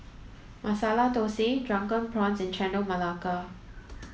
Masala Thosai drunken prawns and Chendol Melaka